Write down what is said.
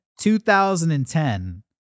2010